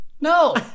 No